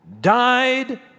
died